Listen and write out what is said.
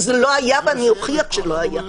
זה לא היה, ואוכיח זאת.